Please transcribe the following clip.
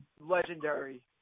legendary